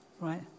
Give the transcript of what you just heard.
right